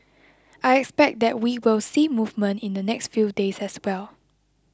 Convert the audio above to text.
I expect that we will see movement in the next few days as well